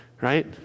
right